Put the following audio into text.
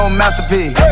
masterpiece